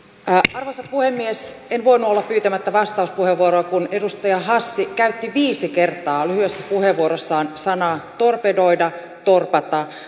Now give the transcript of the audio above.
arvoisa puhemies en voinut olla pyytämättä vastauspuheenvuoroa kun edustaja hassi käytti viisi kertaa lyhyessä puheenvuorossaan sanaa torpedoida torpata